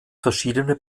verschiedene